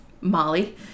Molly